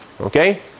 Okay